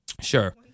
Sure